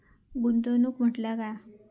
गुंतवणूक म्हटल्या काय?